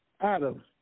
Adam